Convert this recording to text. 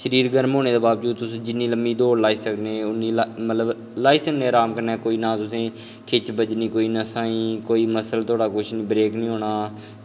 शरीर गर्म होने दे बाबजूद तुस जिन्नी लम्मी दौड़ लाई सकने मतलब लाई सकने र्हाम कन्नै नां तुसेंगी कोई खिच्च बज्जनी नसां गी कोई मसल तोआढ़ा ब्रेक निं होना